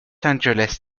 angeles